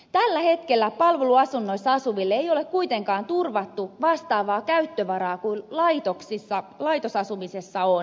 tällä hetkellä palveluasunnoissa asuville ei ole kuitenkaan turvattu vastaavaa käyttövaraa kuin laitosasumisessa on